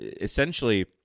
essentially